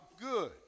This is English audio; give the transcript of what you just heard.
good